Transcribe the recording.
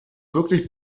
wirklich